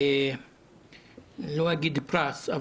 ולא אגיד פרס,